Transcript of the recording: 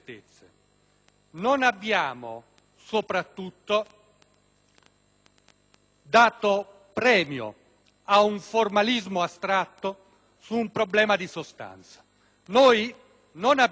dato premio a un formalismo astratto su un problema di sostanza. Non abbiamo dimenticato che quest'Aula ha votato